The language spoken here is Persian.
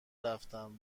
رفتم